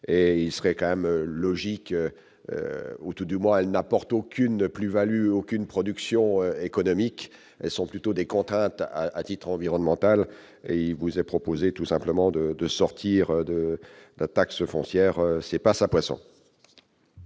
il serait quand même logique ou tout du mois elle n'apporte aucune plus- Value aucune production économique sont plutôt des contraintes à titre environnementale et il vous est proposé tout simplement de de sortir de taxe foncière, c'est pas ça passion.